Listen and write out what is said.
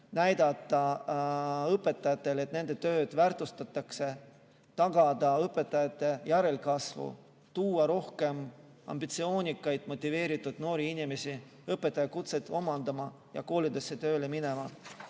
näidata õpetajatele, et nende tööd väärtustatakse, tagada õpetajate järelkasvu, tuua rohkem ambitsioonikaid motiveeritud noori inimesi õpetajakutset omandama ja koolidesse tööle